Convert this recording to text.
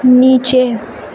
نیچے